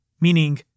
Meaning